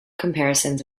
comparisons